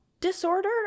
Disorder